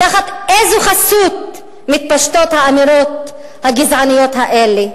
תחת איזו חסות מתפשטות האמירות הגזעניות האלה?